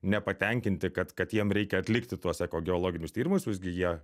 nepatenkinti kad kad jiem reikia atlikti tuos eko geologinius tyrimus visgi jie